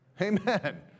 Amen